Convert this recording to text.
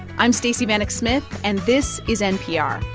i'm stacey vanek smith, and this is npr.